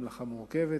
זו מלאכה מורכבת.